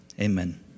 Amen